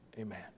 Amen